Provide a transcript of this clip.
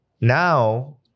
now